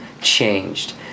changed